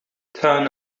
turn